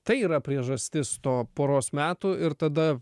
tai yra priežastis to poros metų ir tada